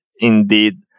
indeed